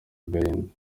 agahinda